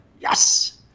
yes